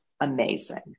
amazing